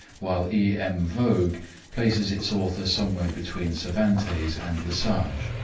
while e. m. vogue places its author somewhere between cervantes and le sage.